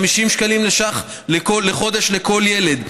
50 שקלים לחודש לכל ילד,